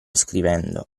scrivendo